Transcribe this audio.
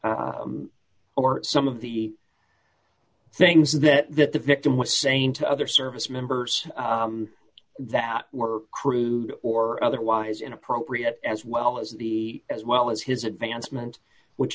or some of the things that that the victim was saying to other service members that were crude or otherwise inappropriate as well as the as well as his advancement which